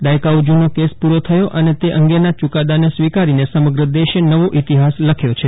દાયકાઓ જૂનો કેસ પૂરો થયો અને તે અંગેના ચૂકાદાને સ્વીકારીને સમગ્ર દેશે નવો ઇતિહાસ લખ્યો છે